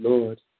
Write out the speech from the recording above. Lord